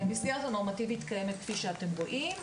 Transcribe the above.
המסגרת הנורמטיבית קיימת כפי שאתם רואים,